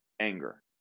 anger